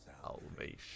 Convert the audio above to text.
Salvation